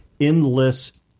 endless